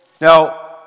Now